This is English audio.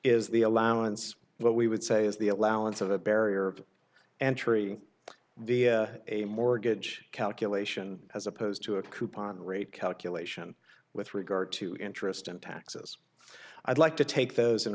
is the allowance what we would say is the allowance of the barrier of entry via a mortgage calculation as opposed to a coupon rate calculation with regard to interest and taxes i'd like to take those in